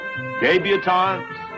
Debutantes